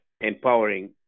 empowering